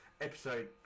episode